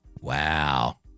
wow